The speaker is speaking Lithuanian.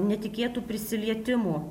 netikėtų prisilietimų